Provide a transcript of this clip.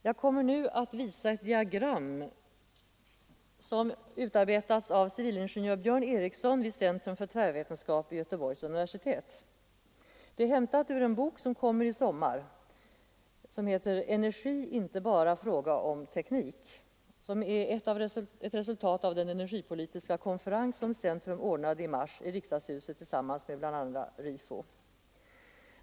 Jag kommer nu att visa ett diagram som utarbetats av civilingenjör Björn Eriksson vid Centrum för tvärvetenskap, Göteborgs universitet. Det är hämtat ur en bok som kommer i sommar. Den heter Energi — inte bara en fråga om teknik och är ett resultat av den energipolitiska konferens som Centrum ordnade i mars i riksdagshuset tillsammans med bl.a. Rifo.